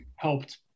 Helped